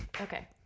Okay